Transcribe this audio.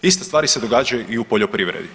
Iste stvari se događaju i u poljoprivredi.